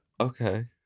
Okay